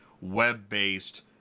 web-based